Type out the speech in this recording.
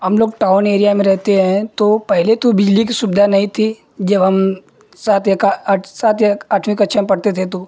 हमलोग town area में रहते हैं तो पहले तो बिजली की सुविधा नहीं थी जब हम सात या का आठ सात या आठवीं कक्षा में पढ़ते थे तो